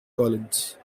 collins